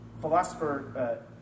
philosopher